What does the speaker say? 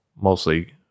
mostly